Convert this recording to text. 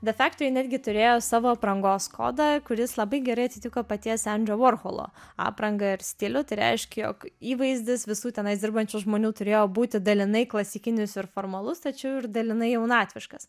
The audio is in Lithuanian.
the factory netgi turėjo savo aprangos kodą kuris labai gerai atitiko paties endžio vorholo apranga ir stilių tai reiškia jog įvaizdis visų tenais dirbančių žmonių turėjo būti dalinai klasikinis ir formalus tačiau ir dalinai jaunatviškas